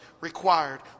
required